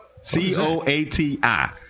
C-O-A-T-I